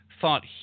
thought